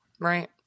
right